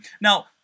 Now